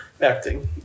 acting